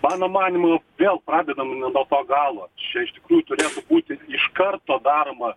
mano manymu vėl pradedam ne nuo to galo čia iš tikrųjų turėtų būti iš karto daroma